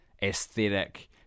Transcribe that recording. Aesthetic